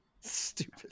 Stupid